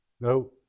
No